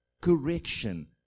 Correction